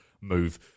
move